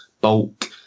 bulk